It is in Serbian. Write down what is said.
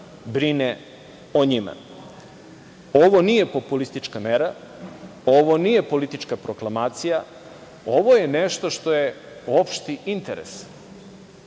brine o njima. Ovo nije populistička mera, ovo nije politička proklamacija, ovo je nešto što je opšti interes.